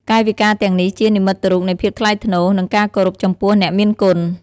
កាយវិការទាំងនេះជា និមិត្តរូបនៃភាពថ្លៃថ្នូរ និងការគោរពចំពោះអ្នកមានគុណ។